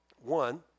one